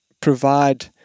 provide